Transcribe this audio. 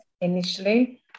initially